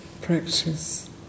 practice